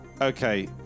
okay